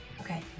Okay